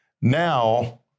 Now